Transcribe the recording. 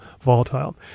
volatile